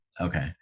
Okay